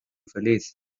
feliz